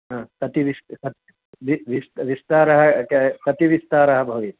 हा कति विश् कति दि विश् विस्तारः कति विस्तारः भवेत्